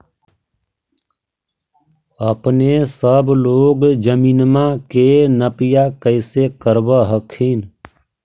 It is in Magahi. अपने सब लोग जमीनमा के नपीया कैसे करब हखिन?